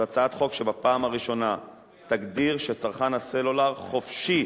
זו הצעת חוק שבפעם הראשונה תגדיר שצרכן הסלולר חופשי